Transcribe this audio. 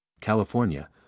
California